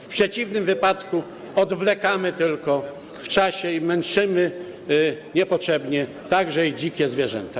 W przeciwnym wypadku tylko odwlekamy to w czasie i męczymy niepotrzebnie także dzikie zwierzęta.